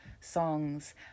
songs